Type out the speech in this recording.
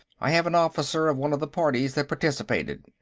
i have an officer of one of the parties that participated.